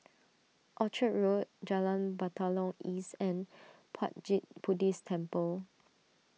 Orchard Road Jalan Batalong East and Puat Jit Buddhist Temple